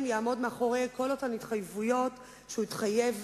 יעמוד מאחורי כל אותן התחייבויות שהוא התחייב,